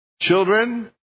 children